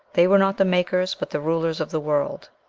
they were not the makers, but the rulers of the world.